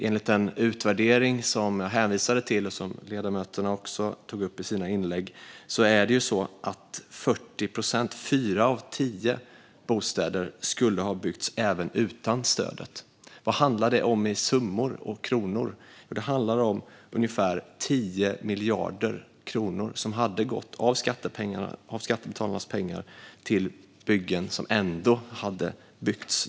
Enligt den utvärdering som jag hänvisade till, och som ledamöterna också tog upp i sina inlägg, skulle 40 procent av bostäderna - fyra av tio bostäder - ha byggts även utan stödet. Vad handlar detta om i kronor? Jo, det handlar om att ungefär 10 miljarder kronor av skattebetalarnas pengar gått till byggen som ändå hade skett.